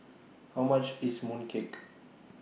How much IS Mooncake